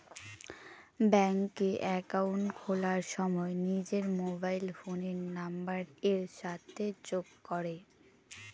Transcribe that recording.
ব্যাঙ্কে একাউন্ট খোলার সময় নিজের মোবাইল ফোনের নাম্বারের সাথে যোগ করে